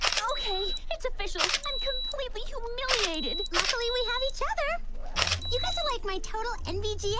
okay, it's official and completely humiliated luckily we have each other you guys are like my total nvgs yeah